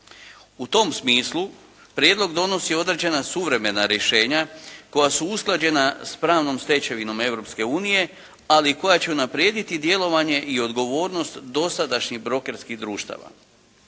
U tom smislu prijedlog donosi određena suvremena rješenja koja su usklađena s pravnom stečevinom Europske unije, ali koja će unaprijediti djelovanje i odgovornost dosadašnjih brokerskih društava.